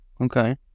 Okay